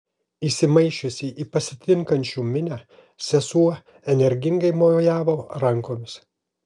įsimaišiusi į pasitinkančių minią sesuo energingai mojavo rankomis